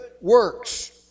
works